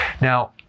Now